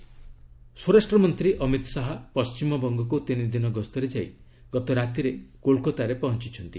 ଡବୁବି ଅମିତ ଶାହା ସ୍ୱରାଷ୍ଟ୍ରମନ୍ତ୍ରୀ ଅମିତ ଶାହା ପଶ୍ଚିମବଙ୍ଗକୁ ତିନିଦିନ ଗସ୍ତରେ ଯାଇ ଗତ ରାତିରେ କୋଲକତାରେ ପହଞ୍ଚୁଛନ୍ତି